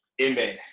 Amen